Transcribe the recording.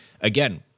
again